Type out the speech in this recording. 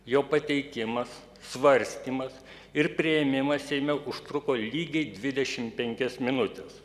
jo pateikimas svarstymas ir priėmimas seime užtruko lygiai dvidešim penkias minutes